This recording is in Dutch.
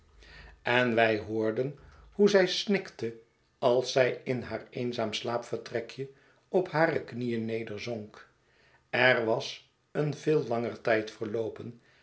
en wij hoorden hoe zij snikte als zij in haar eenzaam slaapvertrekje op hare knieen nederzonk er was een veel langer tijd verloopen